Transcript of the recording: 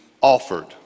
offered